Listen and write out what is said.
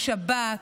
לשב"כ,